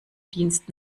dienst